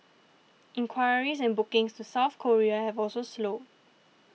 inquiries and bookings to South Korea have also slowed